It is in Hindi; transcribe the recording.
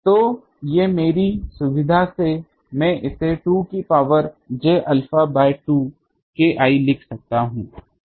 तो ये मेरी सुविधा से मैं इसे 2 e कि power j alpha by 2 KI लिख सकता हूं